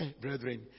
Brethren